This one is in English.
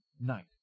night